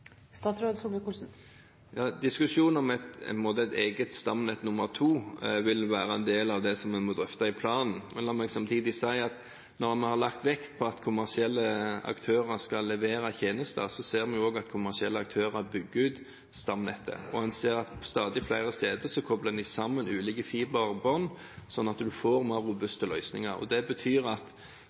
Ja, diskusjonen om et eget stamnett nummer to vil være en del av det som vi må drøfte i planen. Men la meg samtidig si at når vi har lagt vekt på at kommersielle aktører skal levere tjenester, ser vi også at kommersielle aktører bygger ut stamnettet. En ser at stadig flere steder kobler en sammen ulike fiberbånd, sånn at en får mer robuste løsninger. Det betyr at